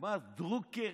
ומר דרוקר,